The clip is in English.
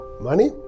money